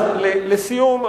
לסיום,